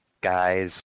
guys